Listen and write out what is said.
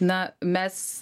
na mes